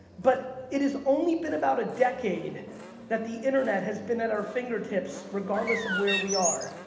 but it has only been about a decade that the internet has been at our fingertips, regardless of where we are.